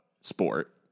sport